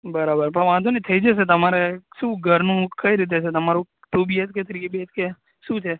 બરાબર પણ વાંધો નહીં થઈ જશે તમારે શું ઘરનું કઈ રીતે છે તમારું ટુ બીએચકે થ્રી બીએચકે શું છે